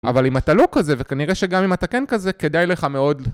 אבל אם אתה לא כזה, וכנראה שגם אם אתה כן כזה, כדאי לך מאוד...